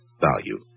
value